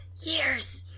years